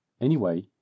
Anyway